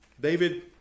David